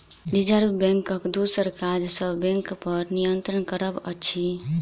reserve बैंकक दोसर काज सब बैंकपर नियंत्रण करब अछि